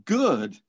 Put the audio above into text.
good